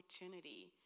opportunity